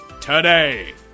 today